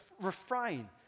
refrain